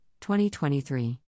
2023